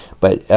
but yeah